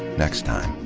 next time.